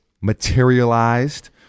materialized